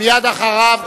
מייד אחריו,